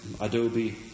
adobe